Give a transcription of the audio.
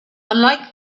unlike